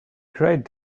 great